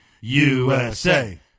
USA